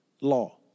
law